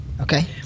Okay